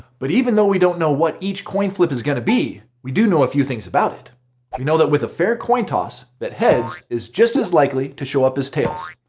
but even though we don't know what each coin flip is going to be, we do know a few things about it. we know that with a fair coin toss that heads is just as likely to show up as tails.